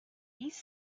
east